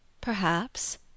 Perhaps